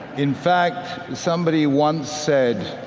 in fact, somebody once said,